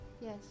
Yes